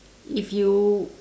if you